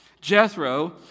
Jethro